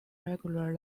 regular